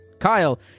kyle